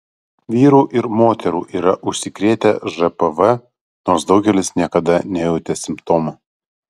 vyrų ir moterų yra užsikrėtę žpv nors daugelis niekada nejautė simptomų